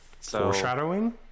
Foreshadowing